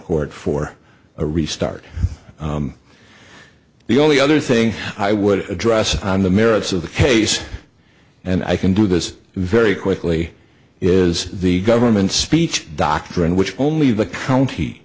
court for a restart the only other thing i would address on the merits of the case and i can do this very quickly is the government speech doctrine which only the county